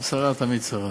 פעם שרה, תמיד שרה.